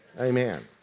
Amen